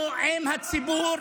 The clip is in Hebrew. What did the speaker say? אנחנו עם הציבור,